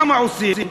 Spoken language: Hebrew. מה עושים?